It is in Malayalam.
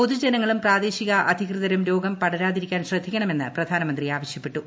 പൊതു ജനങ്ങളും പ്രാദേശിക അധികൃതരും രോഗം പടരാതിരിക്കാൻ ശ്രദ്ധിക്കണമെന്ന് പ്രധാനമന്ത്രി ആവശ്യപ്പെട്ടു